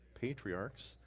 patriarchs